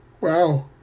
Wow